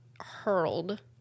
hurled